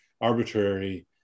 arbitrary